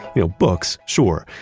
you know books, sure,